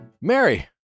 Mary